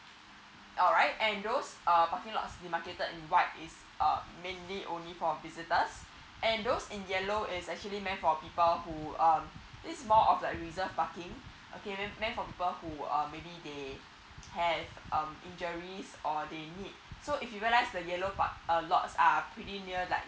alright and those uh parking lots demarcated in white is uh mainly only for visitors and those in yellow is actually main for people who um this more of like reserved parking okay main main for people who uh maybe they have um injuries or they need so if you realize the yellow park uh lot are pretty near like